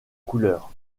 couleurs